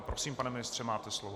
Prosím, pane ministře, máte slovo.